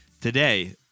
Today